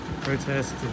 protest